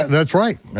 and that's right,